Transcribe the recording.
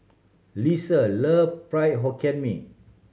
Leesa love Fried Hokkien Mee